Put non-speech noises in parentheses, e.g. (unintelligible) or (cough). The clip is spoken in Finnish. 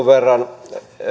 (unintelligible) verran